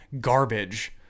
garbage